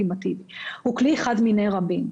הוא כלי אחד מני רבים.